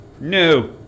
No